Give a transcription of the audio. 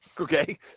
Okay